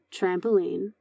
trampoline